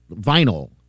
vinyl